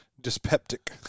dyspeptic